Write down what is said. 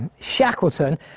Shackleton